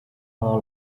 hall